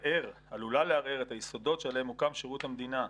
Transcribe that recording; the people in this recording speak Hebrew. עלולה לערער את היסודות שעליהם הוקם שירות המדינה,